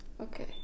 Okay